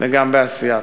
וגם בעשייה.